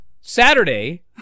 Saturday